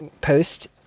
post